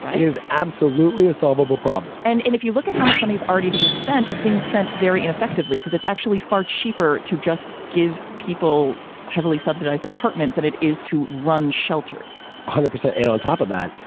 is absolutely a solvable problem. and and if you look at how much money is already being spent, it's being spent very ineffectively because it's actually far cheaper to just give people heavily subsidized apartments than it is to run shelters a hundred percent. and on top of that,